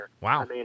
Wow